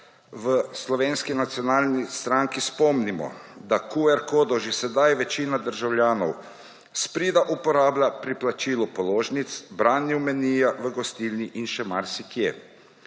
v Slovenski nacionalni stranki spomnimo, da Q-kodo že sedaj večina državljanov s prida uporablja pri plačilu položnic, branju menija v gostilni in še marsikje.